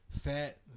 fat